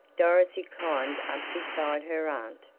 dorothy climbed up beside her aunt,